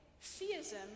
theism